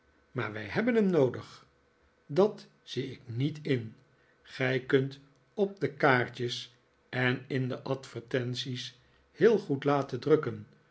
maar wij hebhen hem noodig dat zie ik niet in oij kunt op de kaartjes en in de advertenties heel goed laten drukken